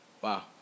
Wow